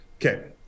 okay